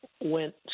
went